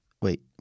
Wait